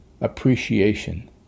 appreciation